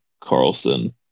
Carlson